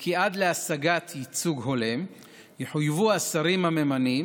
כי עד להשגת ייצוג הולם יחויבו השרים הממנים